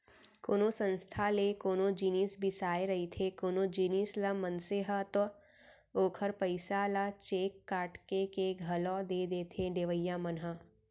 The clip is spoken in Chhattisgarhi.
कोनो संस्था ले कोनो जिनिस बिसाए रहिथे कोनो जिनिस ल मनसे ह ता ओखर पइसा ल चेक काटके के घलौ दे देथे देवइया मन ह